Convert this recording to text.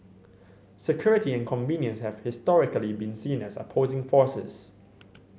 security and convenience have historically been seen as opposing forces